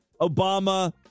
Obama